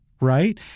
Right